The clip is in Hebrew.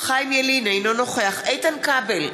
אינו נוכח איתן כבל,